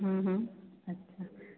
हम्म हम्म अच्छा